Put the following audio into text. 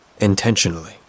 Intentionally